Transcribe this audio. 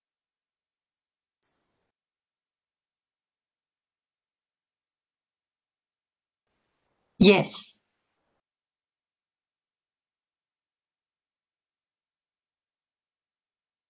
yes